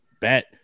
bet